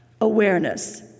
awareness